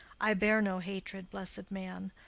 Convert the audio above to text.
i bear no hatred, blessed man,